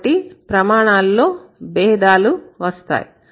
కాబట్టి ప్రమాణాల్లో భేదాలు వస్తాయి